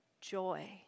joy